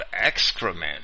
excrement